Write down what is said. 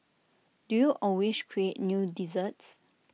do you always create new desserts